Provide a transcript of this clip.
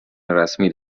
رسمی